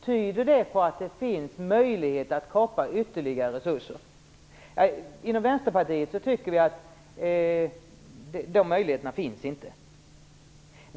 Tyder det på att det finns möjlighet att kapa ytterligare resurser? Inom Vänsterpartiet tycker vi att den möjligheten inte finns.